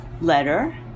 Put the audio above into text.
letter